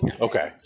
okay